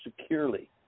securely